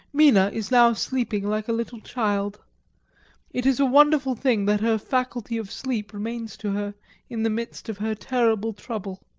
mina is now sleeping like a little child it is a wonderful thing that her faculty of sleep remains to her in the midst of her terrible trouble.